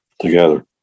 Together